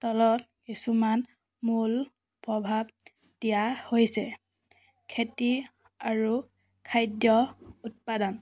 তলত কিছুমান মূল প্ৰভাৱ দিয়া হৈছে খেতি আৰু খাদ্য উৎপাদন